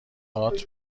هات